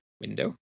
window